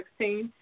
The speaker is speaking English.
2016